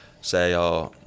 say